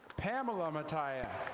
pamela mataya.